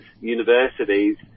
universities